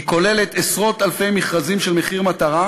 היא כוללת עשרות אלפי מכרזים של מחיר מטרה,